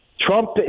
Trump